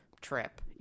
trip